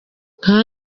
nka